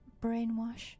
brainwash